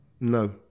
No